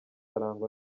arangwa